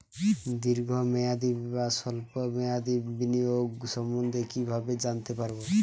দীর্ঘ মেয়াদি বা স্বল্প মেয়াদি বিনিয়োগ সম্বন্ধে কীভাবে জানতে পারবো?